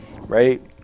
right